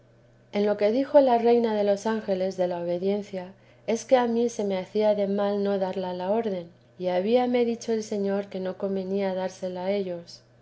en lo que dijo la reina de los ángeles de la obediencia es que a mí se me hacía de mal no darla a la orden y habíame dicho el señor que no convenía dársela a ellos